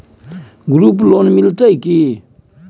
Group loan मिलतै की?